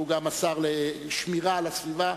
שהוא גם השר לשמירה על הסביבה,